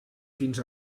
fins